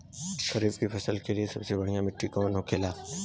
खरीफ की फसल के लिए सबसे बढ़ियां मिट्टी कवन होखेला?